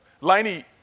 Lainey